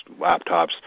laptops